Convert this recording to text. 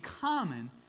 common